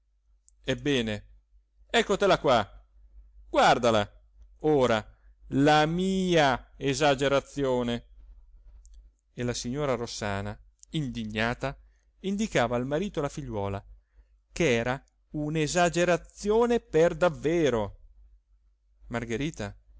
esagerazioni ebbene eccotela qua guardala ora la mia esagerazione e la signora rossana indignata indicava al marito la figliuola ch'era un'esagerazione per davvero margherita